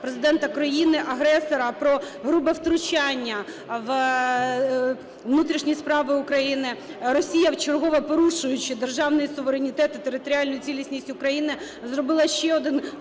Президента країни-агресора про грубе втручання в внутрішні справи України. Росія, вчергове порушуючи державний суверенітет і територіальну цілісність України, зробила ще один